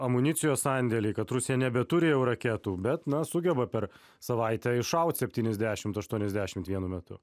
amunicijos sandėliai kad rusija nebeturi jau raketų bet mes sugeba per savaitę iššaut septyniasdešim aštuoniasdešim vienu metu